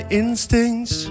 instincts